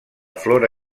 flora